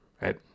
right